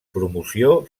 promoció